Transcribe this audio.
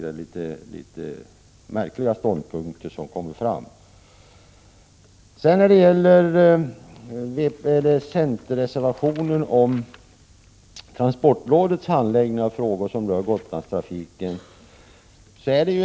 Det är märkliga ståndpunkter. Centerreservationen behandlar transportrådets handläggning av frågor som rör Gotlandstrafiken.